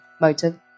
Motive